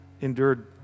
endured